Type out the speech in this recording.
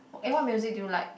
eh what music do you like